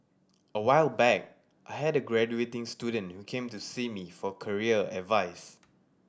a while back I had a graduating student who came to see me for career advice